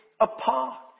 apart